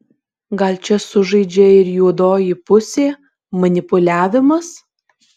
gal čia sužaidžia ir juodoji pusė manipuliavimas